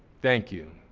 thank you.